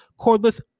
cordless